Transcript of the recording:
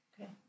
Okay